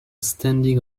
standing